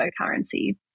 cryptocurrency